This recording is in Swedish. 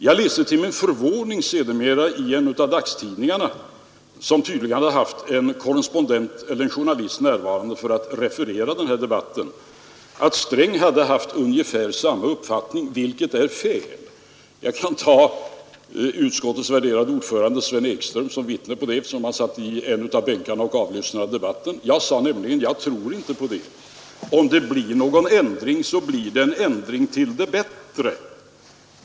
Jag läste sedermera till min förvåning i en av dagstidningarna, som tydligen haft en journalist närvarande för att referera debatten, att Sträng hade haft ungefär samma uppfattning, vilket är fel. Jag kan ta utskottets värderade ordförande Sven Ekström som vittne på det, eftersom han satt i en av bänkarna och avlyssnade debatten. Jag sade nämligen att jag inte trodde på en sådan utveckling. Om det blir någon ändring, sade jag, så blir det en ändring till det bättre.